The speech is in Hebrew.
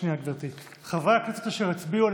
חברי הכנסת אשר הצביעו,